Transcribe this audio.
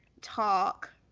Talk